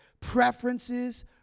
preferences